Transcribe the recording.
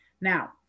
Now